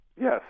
yes